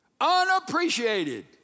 unappreciated